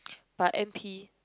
but N_P